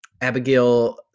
Abigail